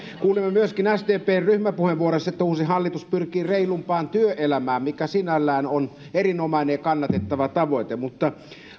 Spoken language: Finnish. kuulimme myös sdpn ryhmäpuheenvuorossa että uusi hallitus pyrkii reilumpaan työelämään mikä sinällään on erinomainen ja kannatettava tavoite mutta